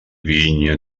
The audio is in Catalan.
vinya